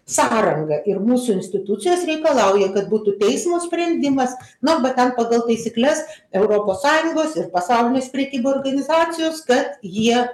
sąranga ir mūsų institucijos reikalauja kad būtų teismo sprendimas na bet ten pagal taisykles europos sąjungos ir pasaulinės prekybos organizacijos kad jie